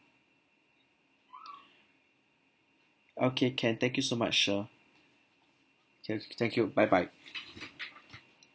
okay can thank you so much sir okay thank you bye bye